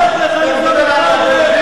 מאיפה הסתננת?